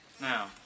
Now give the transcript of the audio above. Now